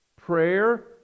prayer